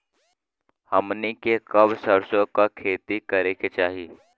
हमनी के कब सरसो क खेती करे के चाही?